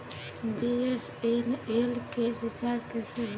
BSNL के recharge कैसे होयी?